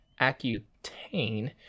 Accutane